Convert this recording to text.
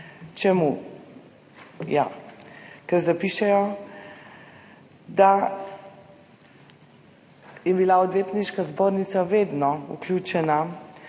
Čemu? Ker zapišejo, da je bila Odvetniška zbornica vedno vključena